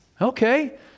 Okay